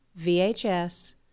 VHS